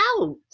out